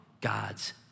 God's